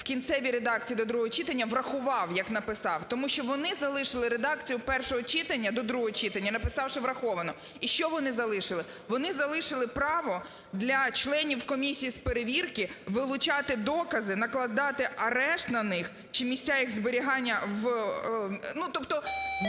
в кінцевій редакції до другого читання врахував, як написав. Тому що вони залишили редакцію першого читання до другого читання, написавши "враховано". І що вони залишили? Вони залишили право для членів комісії з перевірки вилучати докази, накладати арешт на них чи місця їх зберігання, тобто